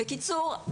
בקיצור,